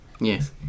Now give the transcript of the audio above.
Yes